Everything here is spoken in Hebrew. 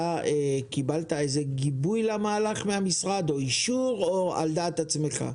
אתה קיבלת איזה גיבוי למהלך מהמשרד או שעשית אותו על דעת עצמך?